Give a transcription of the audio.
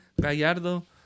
Gallardo